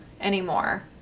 anymore